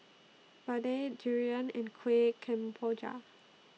Vadai Durian and Kuih Kemboja